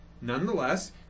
Nonetheless